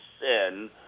sin